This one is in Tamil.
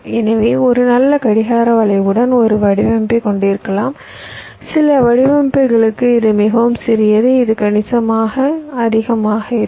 எனவே ஒரு நல்ல கடிகார வளைவுடன் ஒரு வடிவமைப்பைக் கொண்டிருக்கலாம் சில வடிவமைப்புகளுக்கு இது மிகவும் சிறியது இது கணிசமாக அதிகமாக இருக்கும்